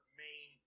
main